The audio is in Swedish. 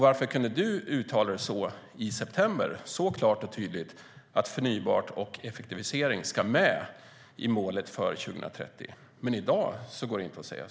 Varför kunde du i september så klart och tydligt säga att förnybart och effektivisering ska med i målet för 2030 men inte säga så i dag? Det verkar märkligt.